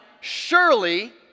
surely